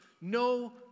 No